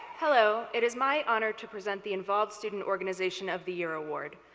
hello. it is my honor to present the involved student organization of the year award.